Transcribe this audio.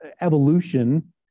evolution